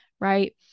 right